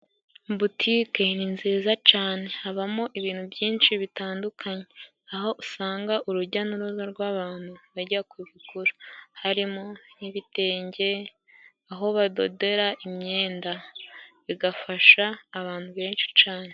Butike ni nziza cane, habamo ibintu byinshi bitandukanye, aho usanga urujya n’uruza rw’abantu bajya kubigura. Harimo nk’ibitenge, aho badodera imyenda, bigafasha abantu benshi cane.